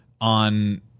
on